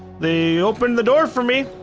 they opened the door for me.